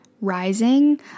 rising